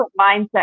mindset